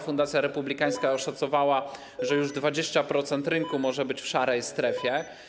Fundacja Republikańska oszacowała, że już 20% rynku może być w szarej strefie.